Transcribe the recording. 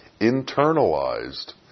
internalized